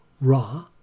Ra